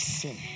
sin